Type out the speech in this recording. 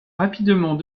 rapidement